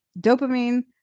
Dopamine